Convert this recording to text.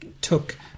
took